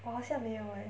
我好像没有 eh